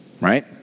right